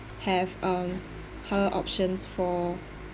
have um her options for